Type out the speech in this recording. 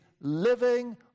living